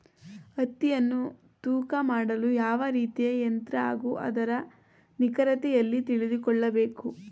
ಹತ್ತಿಯನ್ನು ತೂಕ ಮಾಡಲು ಯಾವ ರೀತಿಯ ಯಂತ್ರ ಹಾಗೂ ಅದರ ನಿಖರತೆ ಎಲ್ಲಿ ತಿಳಿದುಕೊಳ್ಳಬೇಕು?